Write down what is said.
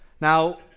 Now